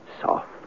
soft